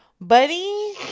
buddy